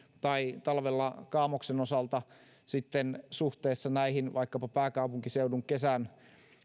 tai talvella kaamoksen osalta sitten suhteessa näihin vaikkapa pääkaupunkiseudun kesän